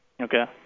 Okay